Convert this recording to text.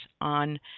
on